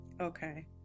okay